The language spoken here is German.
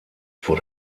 vor